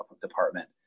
department